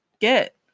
get